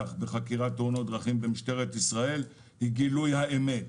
בחקירת תאונות דרכים במשטרת ישראל היא גילוי האמת.